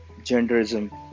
genderism